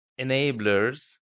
enablers